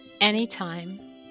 anytime